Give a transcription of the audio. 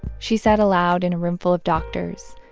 she said aloud in a roomful of doctors,